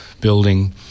building